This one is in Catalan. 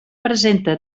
presenta